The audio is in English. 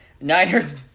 Niners